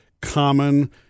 common